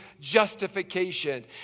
justification